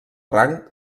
rang